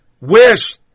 wish